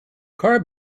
car